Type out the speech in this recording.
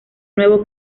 nuevo